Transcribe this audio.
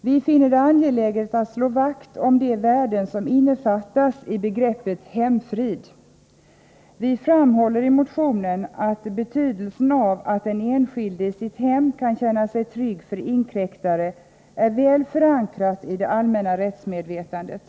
Vi finner det angeläget att slå vakt om de värden som innefattas i begreppet hemfrid. Vi framhåller i reservationen att insikten om betydelsen av att den enskilde i sitt hem kan känna sig trygg för inkräktare är väl förankrad i det allmänna rättsmedvetandet.